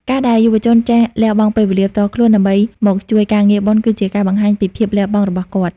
ការដែលយុវជនចេះ "លះបង់ពេលវេលាផ្ទាល់ខ្លួន" ដើម្បីមកជួយការងារបុណ្យ គឺជាការបង្ហាញពីភាពលះបង់របស់គាត់។